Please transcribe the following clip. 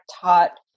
taught